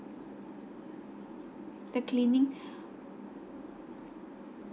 the cleaning